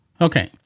okay